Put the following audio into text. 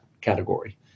category